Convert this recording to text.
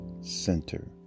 center